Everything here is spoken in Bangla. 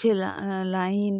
যে লাইন